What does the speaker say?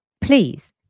please